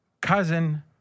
Cousin